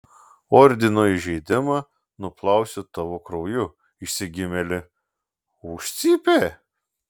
ordino įžeidimą nuplausiu tavo krauju išsigimėli užcypė